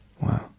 Wow